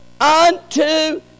unto